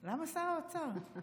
למה שר האוצר?